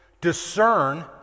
discern